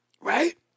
Right